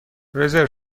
رزرو